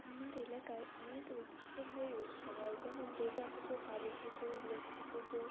আমার এলাকায় অনেক ঐতিহ্যবাহী উৎসব হয় যেমন দুর্গা পুজো কালী পুজো লক্ষ্মী পুজো